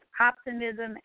optimism